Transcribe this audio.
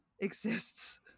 exists